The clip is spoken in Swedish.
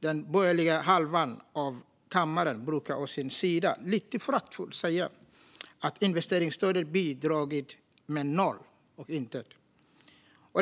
Den borgerliga halvan av kammaren brukar å sin sida lite föraktfullt säga att investeringsstödet bidragit med noll och intet.